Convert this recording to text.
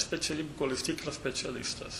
specialybė kol jis tikras specialistas